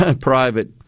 private